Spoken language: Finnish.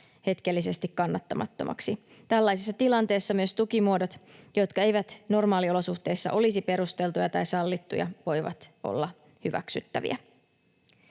hetkellisesti kannattamattomaksi. Tällaisessa tilanteessa myös tukimuodot, jotka eivät normaaliolosuhteissa olisi perusteltuja tai sallittuja, voivat olla hyväksyttäviä.